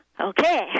Okay